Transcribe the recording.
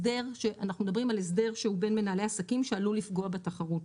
אנחנו מדברים על הסדר שהוא בין מנהלי עסקים שעלול לפגוע בתחרות.